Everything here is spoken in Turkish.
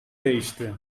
değişti